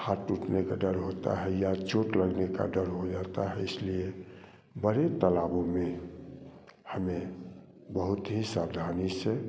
हाथ टूटने का डर होता है या चोट लगने का डर हो जाता है इसलिए बड़े तालाबों में हमें बहुत ही सावधानी से